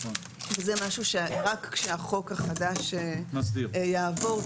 זה משהו שרק כשהחוק החדש יעבור,